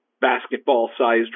basketball-sized